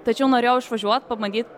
tačiau norėjau išvažiuot pabandyt